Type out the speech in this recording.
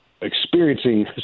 experiencing